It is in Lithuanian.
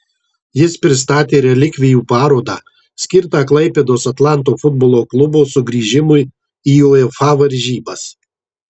jis pristatė relikvijų parodą skirtą klaipėdos atlanto futbolo klubo sugrįžimui į uefa varžybas